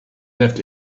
left